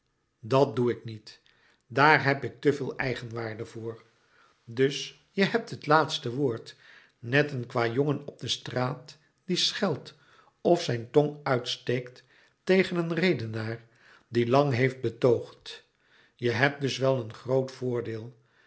dat doe ik niet daar heb ik te veel eigenwaarde toe dus je hebt het laatste woord net een kwajongen op de straat die scheldt of zijn tong uitsteekt tegen een redenaar die lang heeft betoogd je hebt dus wel een groot voordeel